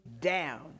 down